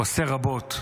עושה רבות,